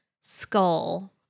skull